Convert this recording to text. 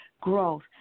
growth